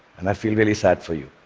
and i feel really sad for you.